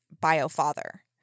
bio-father